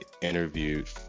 interviewed